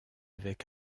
avec